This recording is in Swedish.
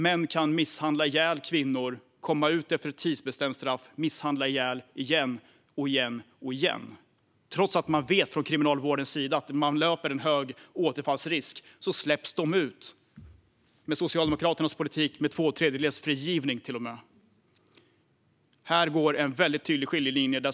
Män kan misshandla ihjäl kvinnor och komma ut efter ett tidsbestämt straff och sedan misshandla ihjäl kvinnor igen, igen och igen. Trots att man från kriminalvårdens sida vet att det finns en stor återfallsrisk för dessa personer släpps de ut - med Socialdemokraternas politik med till och med tvåtredjedelsfrigivning. Här går en väldigt tydlig skiljelinje.